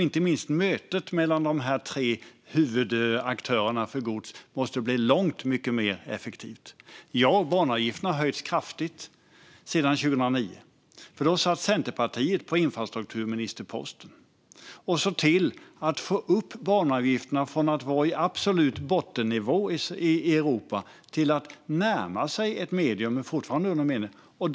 Inte minst måste mötet mellan dessa tre huvudaktörer för gods bli mycket mer effektivt. Ja, banavgifterna har höjts kraftigt sedan 2009. Då satt Centerpartiet på infrastrukturministerposten och såg till att få upp banavgifterna från att vara på absolut bottennivå i Europa till att närma sig en medelnivå, men det är fortfarande under medel.